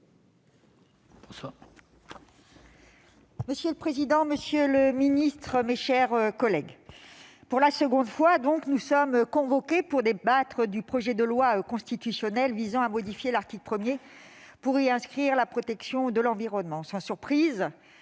Monsieur le président, monsieur le garde des sceaux, mes chers collègues, pour la seconde fois, nous sommes convoqués pour débattre du projet de loi constitutionnelle visant à modifier l'article 1 pour y inscrire la protection de l'environnement. Sans surprise,